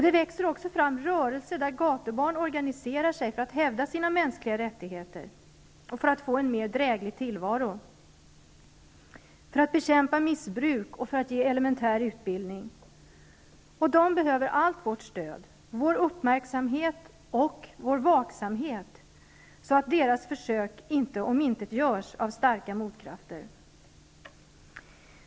Det växer också fram rörelser där gatubarn organiserar sig för att hävda sina mänskliga rättigheter, för att få en mer dräglig tillvaro, för att bekämpa missbruk och för att ge elementär utbildning. De behöver allt vårt stöd, vår uppmärksamhet och vår vaksamhet, så att deras försök inte omintetgörs av starka motkrafter.